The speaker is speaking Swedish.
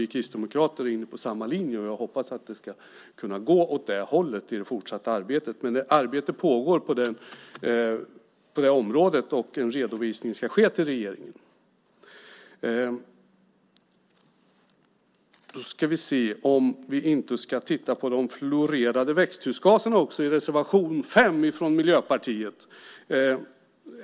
Vi kristdemokrater är inne på samma linje och personligen hoppas jag att det ska gå åt det hållet i det fortsatta arbetet. Det pågår arbete på det området och en redovisning till regeringen ska ske. Vi går vidare till de fluorerade växthusgaserna i reservation 5 från Miljöpartiet.